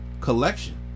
collection